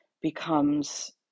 becomes